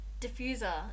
diffuser